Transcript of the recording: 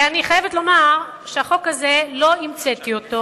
ואני חייבת לומר שהחוק הזה, לא המצאתי אותו.